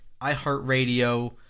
iHeartRadio